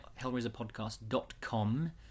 hellraiserpodcast.com